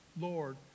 Lord